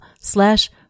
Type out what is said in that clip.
slash